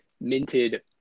minted